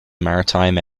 maritime